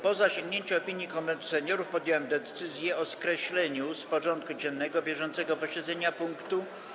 Po zasięgnięciu opinii Konwentu Seniorów podjąłem decyzję o skreśleniu z porządku dziennego bieżącego posiedzenia punktu: